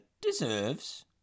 deserves